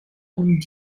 und